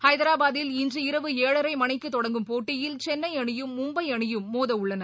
ஹைதராபாதில் இன்று இரவு ஏழரை மணிக்கு தொடங்கும் போட்டியில் சென்னை அணியும் மும்பை அணியும் மோதவுள்ளன